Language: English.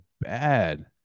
bad